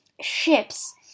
ships